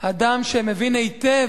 אדם שמבין היטב,